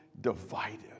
divided